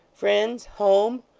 friends, home?